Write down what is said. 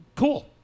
Cool